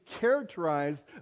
characterized